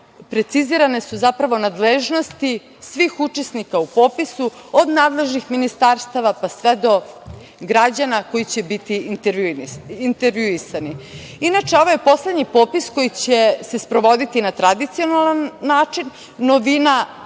precizirane nadležnosti svih učesnika u popisu od nadležnih ministarstava pa sve do građana koji će biti intervjuisani. Inače, ovo je poslednji popis koji će se sprovoditi na tradicionalan način. Novina